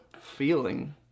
feeling